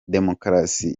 demokarasi